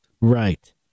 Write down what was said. Right